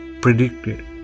predicted